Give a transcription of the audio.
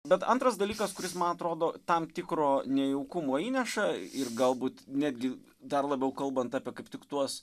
bet antras dalykas kuris man atrodo tam tikro nejaukumo įneša ir galbūt netgi dar labiau kalbant apie kaip tik tuos